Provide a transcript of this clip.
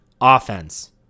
offense